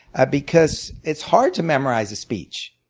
ah because it's hard to memorize a speech.